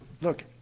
look